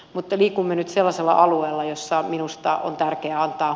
mutta liikumme nyt sellaisella alueella missä minusta on tärkeää antaa